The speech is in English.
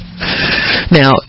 now